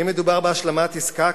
אם מדובר בהשלמת עסקה,